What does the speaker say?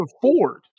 afford